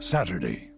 Saturday